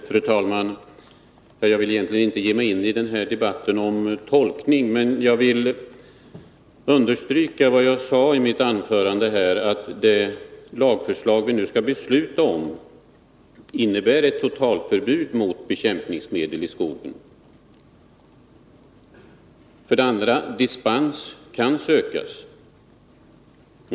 Fru talman! Jag vill egentligen inte ge mig in i den här debatten om tolkning. Men jag vill understryka vad jag sade i mitt tidigare anförande. För det första innebär det lagförslag vi nu skall besluta om ett totalförbud mot bekämpningsmedel i skogen. För det andra kan dispens sökas.